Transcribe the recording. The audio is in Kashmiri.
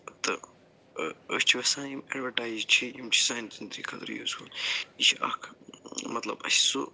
تہٕ أسۍ چھِ وٮ۪سان یِم اٮ۪ڈوٹایز چھِ یِم چھِ سٲنہِ زنٛدگی خٲطرٕ یوٗزفُل یہِ چھِ اکھ مطلب اَسہِ سُہ